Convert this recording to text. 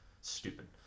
Stupid